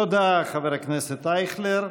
תודה, חבר הכנסת אייכלר.